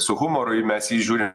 su humoru į jį mes žiūrim